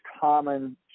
common